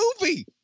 movie